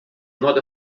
not